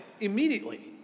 immediately